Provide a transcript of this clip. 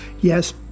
Yes